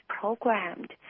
programmed